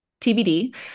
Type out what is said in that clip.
TBD